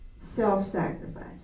self-sacrifice